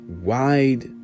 wide